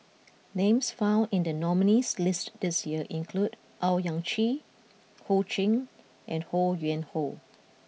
names found in the nominees' list this year include Owyang Chi Ho Ching and Ho Yuen Hoe